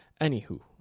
Anywho